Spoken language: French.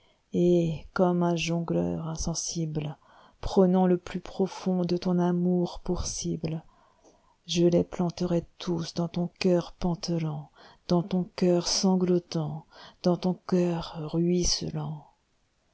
et comme un jongleur insensible prenait le plus profond de ton amour pour cible je les planterai tous dans ton cœur pantelant dans ton cœur sanglotant dans ton cœur ruisselant